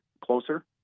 closer